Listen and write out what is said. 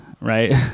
right